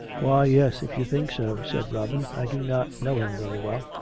why, yes, if you think so, said robin. i do not know him very well.